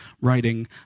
writing